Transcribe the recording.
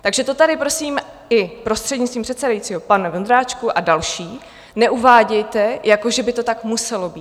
Takže to tady prosím i prostřednictvím předsedajícího, pane Vondráčku a další, neuvádějte, jako že by to tak muselo být.